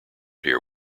here